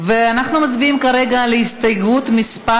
אנחנו מצביעים כרגע על הסתייגות מס'